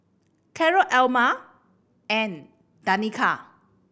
Carroll Elma and Danica